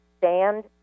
stand